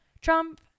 Trump